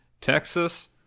Texas